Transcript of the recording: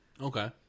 okay